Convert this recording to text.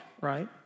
right